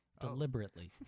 deliberately